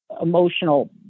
emotional